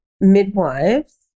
midwives